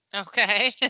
Okay